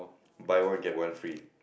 buy one get one free